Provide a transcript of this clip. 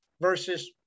versus